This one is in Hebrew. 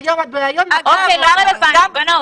היום את בהריון, מחר את לא.